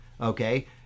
okay